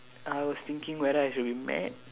I was thinking whether I should be mad